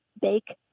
bake